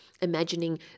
imagining